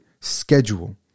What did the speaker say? schedule